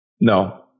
No